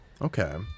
Okay